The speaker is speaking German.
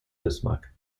bismarck